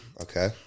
Okay